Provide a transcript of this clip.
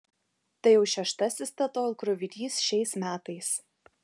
tai jau šeštasis statoil krovinys šiais metais